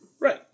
Right